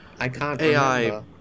AI